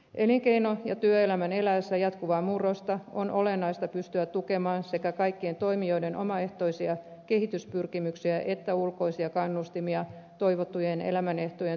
elinkeino ja työelämän eläessä jatkuvaa murrosta on olennaista pystyä tukemaan sekä kaikkien toimijoiden omaehtoisia kehityspyrkimyksiä että ulkoisia kannustimia toivottujen elämänehtojen turvaamiseksi maassamme